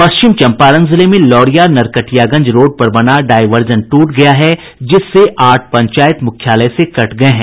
पश्चिम चंपारण जिले में लौरिया नरकटियागंज रोड पर बना डायवर्जन टूट गया है जिससे आठ पंचायत मुख्यालय से कट गये हैं